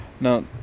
now